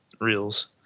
reels